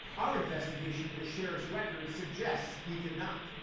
our investigation into sheriff's record suggest he did not.